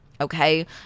okay